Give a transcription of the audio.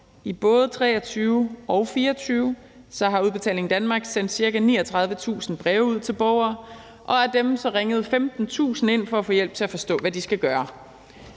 I både 2023 og 2024 har Udbetaling Danmarks sendt ca. 39.000 breve ud til borgere, og af dem ringede 15.000 ind for at få hjælp til at forstå, hvad de skal gøre.